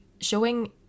showing